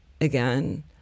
again